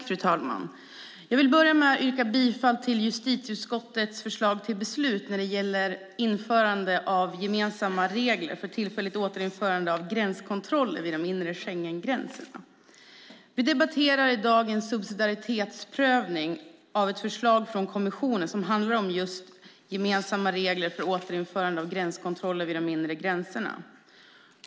Fru talman! Jag vill börja med att yrka bifall till justitieutskottets förslag till beslut när det gäller införande av gemensamma regler för tillfälligt återinförande av gränskontroller vid de inre Schengengränserna. Vi debatterar i dag en subsidiaritetsprövning av ett förslag från kommissionen som handlar om just gemensamma regler för återinförande av gränskontroller vid de inre gränserna.